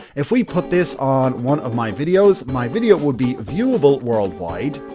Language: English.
if we put this on one of my videos, my video would be viewable worldwide,